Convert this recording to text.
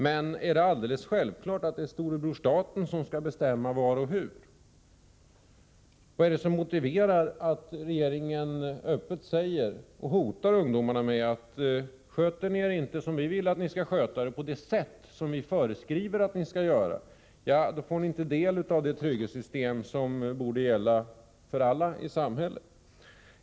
Men är det alldeles självklart att det är storebror staten som skall bestämma var och hur? Vad är det som motiverar att regeringen hotar ungdomar med att sköter de sig inte på det sätt som regeringen föreskriver att de skall göra, får de inte del av det trygghetssystem som borde gälla för alla i samhället?